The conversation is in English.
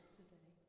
today